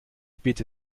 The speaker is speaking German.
bitte